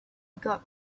got